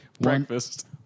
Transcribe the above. breakfast